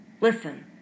Listen